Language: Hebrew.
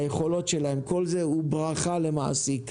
היכולות שלהם, כל זה ברכה למעסיק.